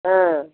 हाँ